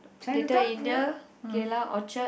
Little-India Geylang Orchard